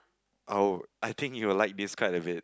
oh I think you'll like this kind of it